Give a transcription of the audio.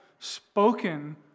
spoken